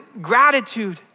gratitude